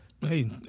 Hey